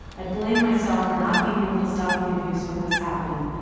i blame myself for not being able to stop the abuse when it was happening.